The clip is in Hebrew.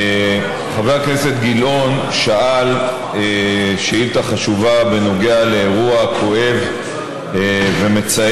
חבר הכנסת גילאון שאל שאילתה חשובה בנוגע לאירוע כואב ומצער,